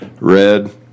red